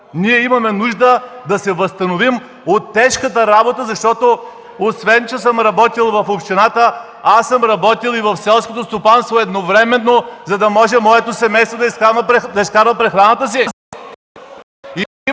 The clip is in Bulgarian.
Ние имаме нужда да се възстановим от тежката работа, защото освен че съм работил в общината, аз съм работил и в селското стопанство едновременно, за да може моето семейство да изкарва прехраната си.